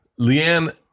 Leanne